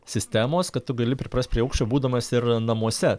sistemos kad tu gali priprast prie aukščio būdamas ir namuose